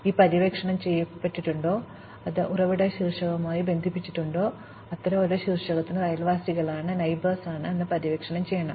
ഇത് പര്യവേക്ഷണം ചെയ്യപ്പെട്ടിട്ടുണ്ടോ അത് ഉറവിട ശീർഷകവുമായി ബന്ധിപ്പിച്ചിട്ടുണ്ടോ അത്തരം ഓരോ ശീർഷകത്തിനും ഇത് അയൽവാസികളാണെന്ന് ഞങ്ങൾ പര്യവേക്ഷണം ചെയ്യണം